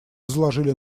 заложили